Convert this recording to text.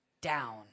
down